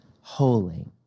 holy